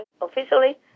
officially